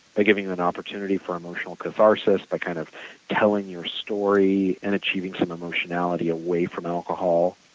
by giving an opportunity for emotional catharsis but kind of telling your story and achieving some emotionality away from alcohol.